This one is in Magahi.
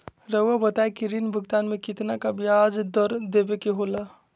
रहुआ बताइं कि ऋण भुगतान में कितना का ब्याज दर देवें के होला?